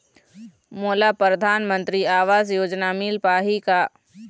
मोला परधानमंतरी आवास योजना मिल पाही का?